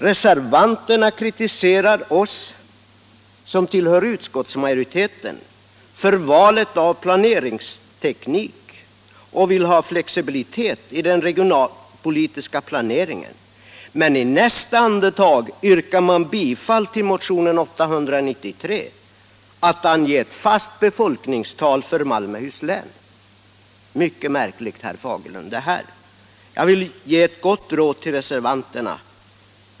Reservanterna kritiserar oss som tillhör utskottsmajoriteten för valet av planeringsteknik och vill ha flexibilitet i den regionalpolitiska planeringen, men i nästa andetag yrkar man bifall till motionen 893 om att ange ett fast befolkningstal för Malmöhus län. Det är mycket märkligt, herr Fagerlund. Jag vill ge ett gott råd till reservanterna.